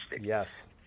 Yes